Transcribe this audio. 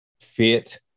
fit